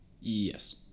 Yes